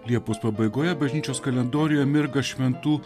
liepos pabaigoje bažnyčios kalendoriuje mirga šventų